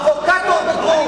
חבר הכנסת, פרובוקטור בגרוש.